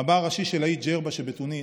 הרב הראשי של האי ג'רבה שבתוניס,